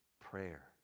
prayer